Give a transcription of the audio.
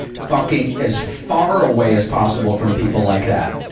fucking as far away as possible from people like that.